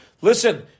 Listen